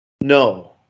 No